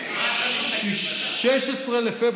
מה אתה מסתכל בדף?